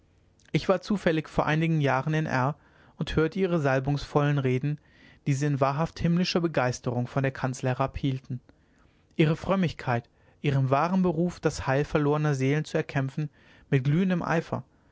ich war zufällig vor einigen jahren in r und hörte ihre salbungsvollen reden die sie in wahrhaft himmlischer begeisterung von der kanzel herab hielten ihrer frömmigkeit ihrem wahren beruf das heil verlorner seelen zu erkämpfen mit glühendem eifer